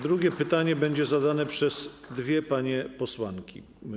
Drugie pytanie będzie zadane przez dwie panie posłanki.